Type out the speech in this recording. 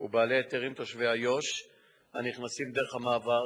ובעלי היתרים תושבי איו"ש הנכנסים דרך המעבר לירושלים.